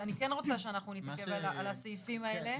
כן רוצה שאנחנו נתעכב על הסעיפים האלה.